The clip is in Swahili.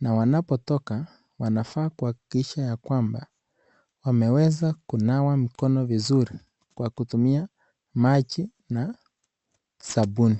na wanapotoka wanafaa kuhakikisha yakwamba wameweza kunawa mikono vizuri kwa kutumia maji na sasbuni.